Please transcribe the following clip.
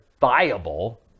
viable